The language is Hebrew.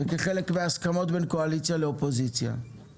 וכחלק מהסכמות בין הקואליציה לאופוזיציה.